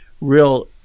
real